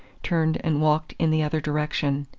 turned and walked in the other direction.